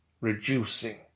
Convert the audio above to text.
reducing